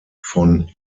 von